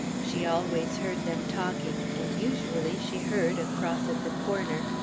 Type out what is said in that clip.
she always heard them talking, and usually she heard, across at the corner,